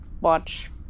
watch